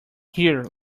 here